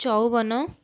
ଚଉବନ